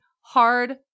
hard